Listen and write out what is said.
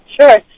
Sure